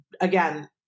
again